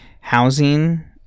housing